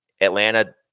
Atlanta